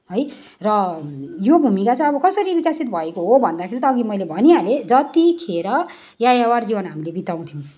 र है यो भूमिका चाहिँ अब कसरी विकसित भएको हो भन्दाखेरि त अघि मैले भनिहाले जत्तिखेर यायावर जीवन हामीले बिताउँथ्यौ